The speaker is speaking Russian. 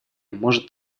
может